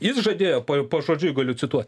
jis žadėjo pa pažodžiui galiu cituot